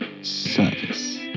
service